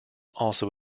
also